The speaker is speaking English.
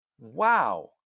wow